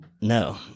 No